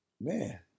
Man